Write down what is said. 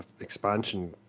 expansion